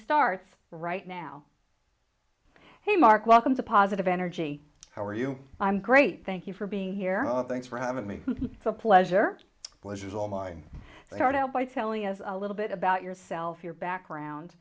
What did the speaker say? starts right now hey mark welcome to positive energy how are you i'm great thank you for being here thanks for having me so a pleasure pleasure is all mine start out by telling us a little bit about yourself your background